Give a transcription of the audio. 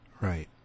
right